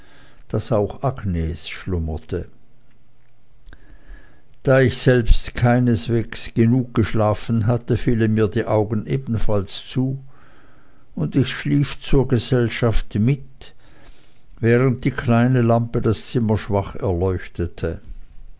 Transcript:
daß auch agnes schlummerte da ich selbst keineswegs genug geschlafen hatte fielen mir die augen ebenfalls zu und ich schlief zur gesellschaft mit während die kleine lampe das zimmer schwach erleuchtete